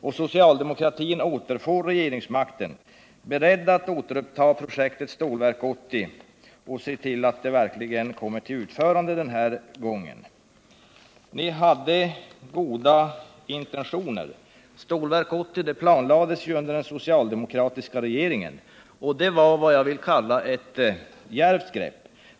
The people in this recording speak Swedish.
och socialdemokratin återfår regeringsmakten, beredda att återuppta projektet Stålverk 80 och se till att det den här gången verkligen kommer till utförande? Ni hade goda intentioner. Stålverk 80 planlades ju under den socialdemokratiska regeringen. Det var vad jag vill kalla ett djärvt grepp.